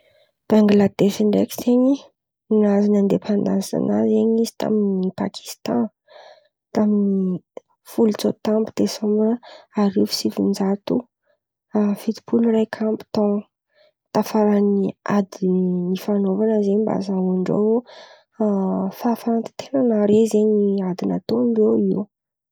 Bengladesy ndraiky zen̈y, nahazo ny aindepandansan’azy zen̈y izy tamin’ny Pakistan tamin’ny folo tsôta amby desambra arivo sy sivin-jato a fitopolo raika amby taona, tafaran’ny ady nifanaovana zen̈y mba ahazahoan-dreo fahafafahana ten̈a nare zen̈y ady nataon-drô io.